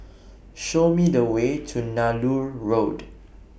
Show Me The Way to Nallur Road